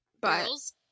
Girls